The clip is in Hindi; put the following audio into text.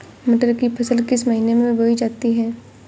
मटर की फसल किस महीने में बोई जाती है?